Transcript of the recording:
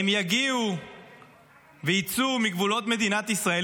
הם יגיעו ויצאו מגבולות מדינת ישראל,